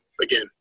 again